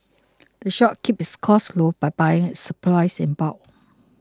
the shop keeps its costs low by buying its supplies in bulk